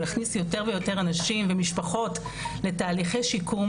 יותר ויותר אנשים ומשפחות לתהליכי שיקום.